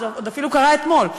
זה עוד אפילו קרה אתמול,